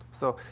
so,